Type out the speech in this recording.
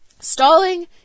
stalling